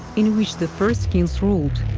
in which the first kings ruled.